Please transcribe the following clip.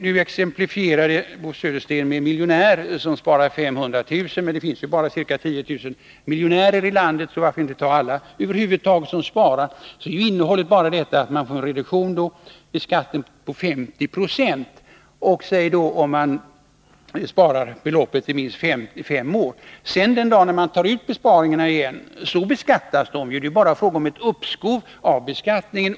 Han exemplifierade det med en miljonär som sparar 500 000 kr., men det finns ju bara ca 10 000 miljonärer i landet, så varför inte ta över huvud taget alla som sparar? Innehållet i förslaget är bara att man får en reduktion av skatten på 50 960 av sparbeloppet, om man sparar det i minst fem år. Den dag man tar ut besparingarna igen beskattas de. Det är bara fråga om ett uppskov i beskattningen.